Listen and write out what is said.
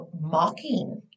mocking